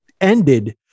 ended